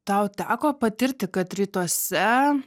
tau teko patirti kad rytuose